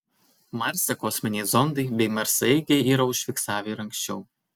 marse kosminiai zondai bei marsaeigiai yra užfiksavę ir anksčiau